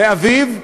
מאביו,